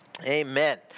Amen